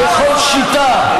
בכל שיטה,